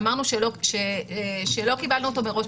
שאמרנו שלא קיבלנו אותו מראש,